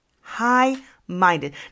high-minded